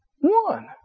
One